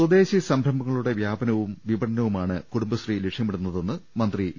സ്വദേശി സംരംഭങ്ങളുടെ വ്യാപനവും വിപണനവു മാണ് കുടുംബശ്രീ ലക്ഷ്യമിടുന്നതെന്ന് മന്ത്രി ഇ